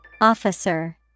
Officer